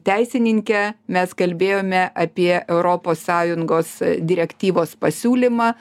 teisininke mes kalbėjome apie europos sąjungos direktyvos pasiūlymą